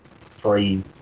three